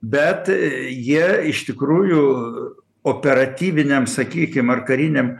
bet jie iš tikrųjų operatyviniam sakykim ar kariniam